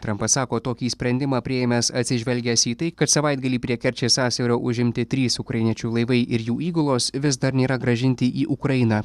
trampas sako tokį sprendimą priėmęs atsižvelgęs į tai kad savaitgalį prie kerčės sąsiaurio užimti trys ukrainiečių laivai ir jų įgulos vis dar nėra grąžinti į ukrainą